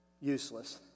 useless